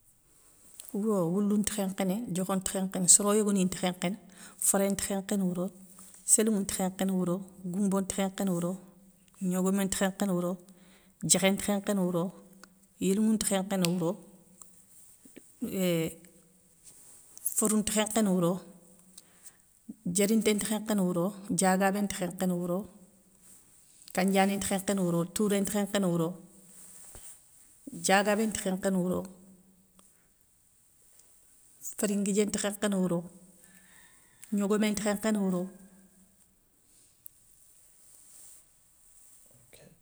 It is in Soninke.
Wouro, woulounte khénkhéné, diokho nti khénkhéné, soroyogoni nti khénkhéné, féré nti khénkhéné wouro, sélouŋou nti khénkhéné wouro, goumbo nti khénkhéné wouro, gnogomé nti khénkhéné, diékhé nti khénkhéné wouro, yélouŋou nti khénkhéné wouro, eehh, forou nti khénkhéné wouro, diérinté nti khénkhéné wouro, diagabé nti khékhéné wouro, kandiané nti khénkhéné wouro, touré nti khénkhéné wouro, diagabé nti khénkhéné wouro, férinnguidié nti khénkhéné wouro, gnogomé nti khénkhéné wouro ok.